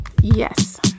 Yes